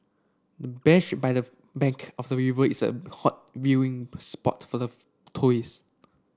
bench by the bank of the river is a hot viewing spot for the tourists